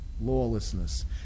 lawlessness